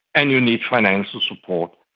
and you need financial support.